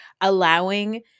allowing